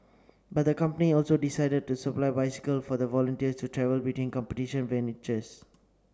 but the company also decided to supply bicycles for the volunteers to travel between competition venues